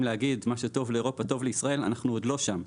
להגיד מה שטוב לאירופה טוב לישראל אנחנו עוד לא שם.